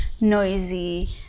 noisy